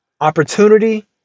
Opportunity